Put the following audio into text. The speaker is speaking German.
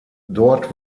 dort